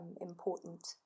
important